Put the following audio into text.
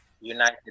United